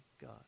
God